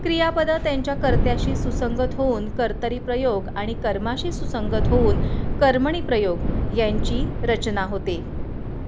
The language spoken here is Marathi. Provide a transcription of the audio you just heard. क्रियापदं त्यांच्या कर्त्याशी सुसंगत होऊन कर्तरी प्रयोग आणि कर्माशी सुसंगत होऊन कर्मणी प्रयोग यांची रचना होते